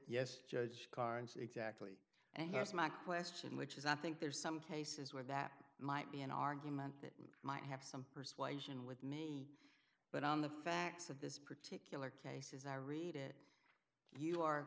yes judge carnes exactly and that's my question which is i think there's some cases where that might be an argument that might have some persuasion with me but on the facts of this particular case as i read it you are